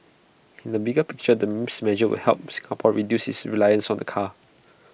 in the bigger picture then measures would help Singapore reduce its reliance on the car